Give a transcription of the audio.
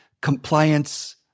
compliance